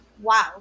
wow